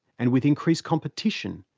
and with increased competition,